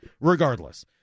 Regardless